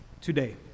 today